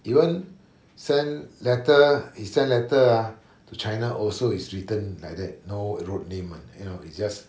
even send letter he sent letter ah to china also is written like that no road name [one] you know it's just